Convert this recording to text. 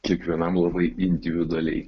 kiekvienam labai individualiai